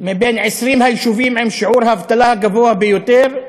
מ-20 היישובים עם שיעור האבטלה הגבוה ביותר,